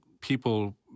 people